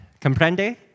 Comprende